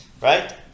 Right